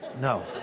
No